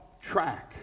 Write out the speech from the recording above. track